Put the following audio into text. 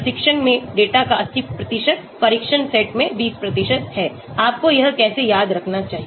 प्रशिक्षण में डेटा का 80 परीक्षण सेट में 20 है आपको यह कैसे याद रखना चाहिए